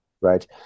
Right